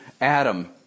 Adam